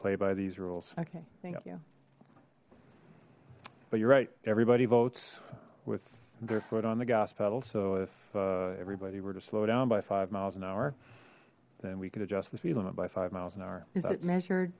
play by these rules okay thank you but you're right everybody votes with their foot on the gas pedal so if everybody were to slow down by five miles an hour then we could adjust the speed limit by five miles an hour measured